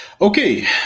okay